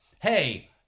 hey